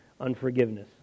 unforgiveness